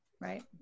Right